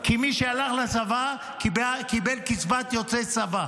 כי מי שהלך לצבא קיבל קצבת יוצאי צבא.